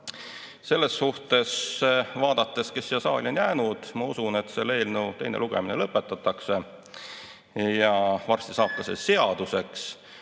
Selles suhtes, vaadates, kes siia saali on jäänud, ma usun, et selle eelnõu teine lugemine lõpetatakse ja varsti saab see ka seaduseks.